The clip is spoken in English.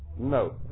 No